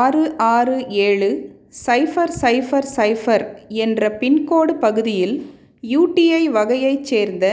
ஆறு ஆறு ஏழு சைஃபர் சைஃபர் சைஃபர் என்ற பின்கோடு பகுதியில் யுடிஐ வகையைச் சேர்ந்த